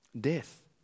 Death